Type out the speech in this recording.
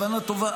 הכוונה טובה,